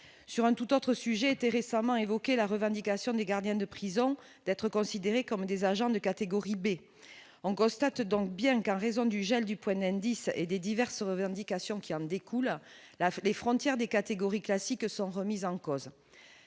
sur un tout autre sujet était récemment évoqué la revendication des gardiens de prison d'être considérés comme des agents de catégorie B en constate donc bien qu'à raison du gel du poignet indices et des diverses qu'à Sion qui en découlent, la fin des frontières des catégories classiques sont remises en cause